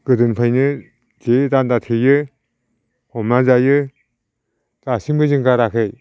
गोदोनिफ्रायनो थेयो दान्दा थेयो हमना जायो दासिमबो जों गाराखै